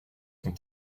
son